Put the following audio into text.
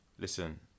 Listen